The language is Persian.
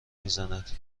میزند